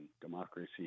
democracy